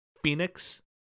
Phoenix